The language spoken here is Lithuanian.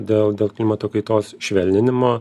dėl dėl klimato kaitos švelninimo